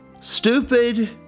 Stupid